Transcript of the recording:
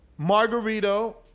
Margarito